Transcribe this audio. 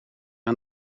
aan